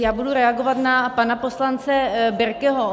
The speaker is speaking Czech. Já budu reagovat na pana poslance Birkeho.